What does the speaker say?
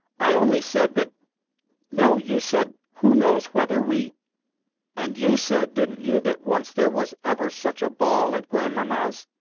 i only said that no. you said, who knows whether we and you said, didn't you, that once there was ever such a ball at grandmamma's?